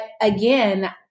again